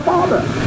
Father